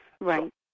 Right